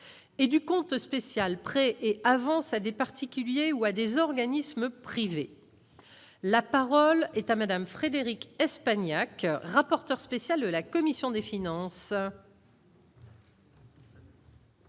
Et du compte spécial prêts et avances à des particuliers ou à des organismes privés, la parole est à Madame Frédérique Espagnac, rapporteur spécial de la commission des finances.